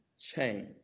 change